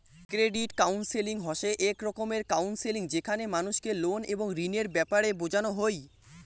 credit counselling হসে এক রকমের কাউন্সেলিং যেখানে মানুষকে লোন এবং ঋণের ব্যাপারে বোঝানো হই